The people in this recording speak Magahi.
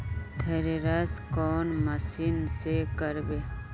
थरेसर कौन मशीन से करबे?